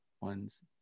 ones